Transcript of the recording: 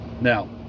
Now